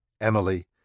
Emily